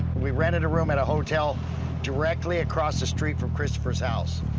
we rented a room at a hotel directly across the street from christopher's house.